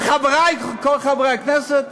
וחברי, כל חברי הכנסת?